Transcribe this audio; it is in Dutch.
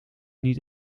niet